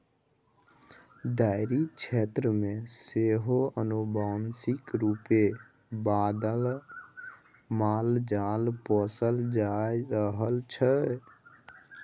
dairy क्षेत्र मे सेहो आनुवांशिक रूपे बदलल मालजाल पोसल जा रहल छै